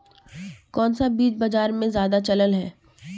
कोन सा बीज बाजार में ज्यादा चलल है?